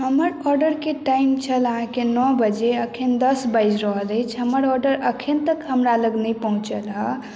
हमर ऑर्डरके टाइम छलै अहाँके नओ बजे अखन दस बाजि रहल अछि हमर ऑर्डर अखन तक हमरा लग नहि पहुँचल है